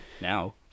Now